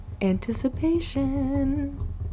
Anticipation